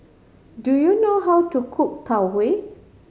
do you know how to cook Tau Huay